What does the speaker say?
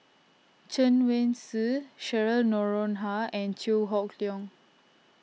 Chen Wen Hsi Cheryl Noronha and Chew Hock Leong